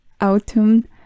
autumn